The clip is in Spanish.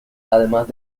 además